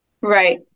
Right